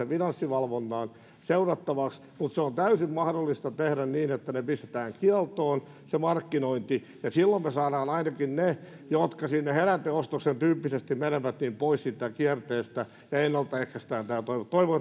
se finanssivalvontaan seurattavaksi mutta se on täysin mahdollista tehdä niin että pistetään kieltoon se markkinointi ja silloin me saamme ainakin ne jotka sinne heräteostoksen tyyppisesti menevät pois siitä kierteestä ja ennaltaehkäistään tämä toivon